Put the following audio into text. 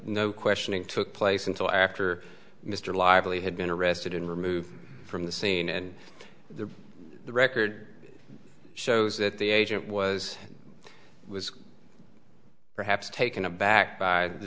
no questioning took place until after mr lively had been arrested and removed from the scene and the record shows that the agent was was perhaps taken aback by the